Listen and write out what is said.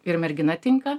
ir mergina tinka